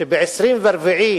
שב-24 בינואר,